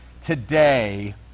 today